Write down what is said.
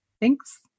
thanks